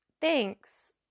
thanks